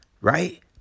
right